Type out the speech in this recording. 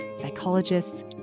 psychologists